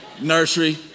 nursery